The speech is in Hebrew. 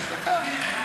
דקה.